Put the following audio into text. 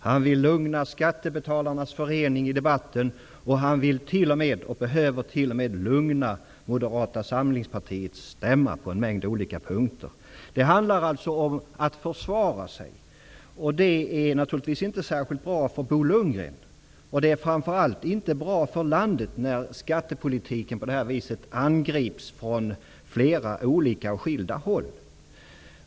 Han vill i debatten lugna Skattebetalarnas förening, och han behöver t.o.m. lugna Moderata samlingspartiets stämma på en mängd olika punkter. Det handlar alltså om att försvara sig. Det är naturligtvis inte särskilt bra för Bo Lundgren. Det är framför allt inte bra för landet när skattepolitiken på detta vis angrips från flera olika håll.